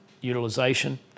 utilization